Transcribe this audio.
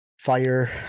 fire